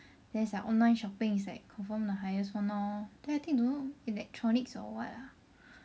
then sia online shopping is like confirm the highest one lor then I think don't know electronics or what